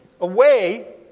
away